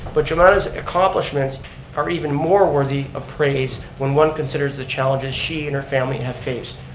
but jomana's accomplishments are even more worthy of praise when one considers the challenges she and her family have faced.